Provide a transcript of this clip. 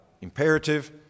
Imperative